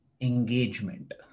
engagement